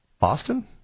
Boston